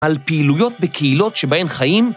על פעילויות בקהילות שבהן חיים